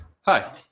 Hi